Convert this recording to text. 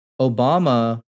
Obama